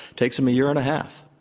takes them a year and a half.